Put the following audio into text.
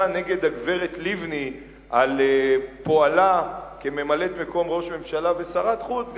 נגד הגברת לבני על פועלה כממלאת-מקום ראש הממשלה ושרת החוץ,